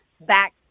back